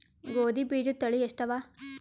ಗೋಧಿ ಬೀಜುದ ತಳಿ ಎಷ್ಟವ?